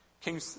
King